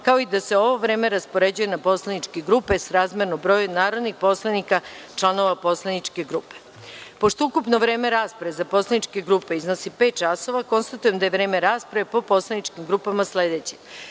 kao i da se ovo vreme raspoređuje na poslaničke grupe srazmerno broju narodnih poslanika članova poslaničke grupe. Pošto ukupno vreme rasprave za poslaničke grupe iznosi pet časova, konstatujem da je vreme rasprave po poslaničkim grupama sledeće: